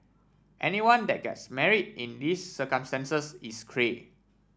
anyone that gets marry in these circumstances is cray